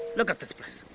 look at this place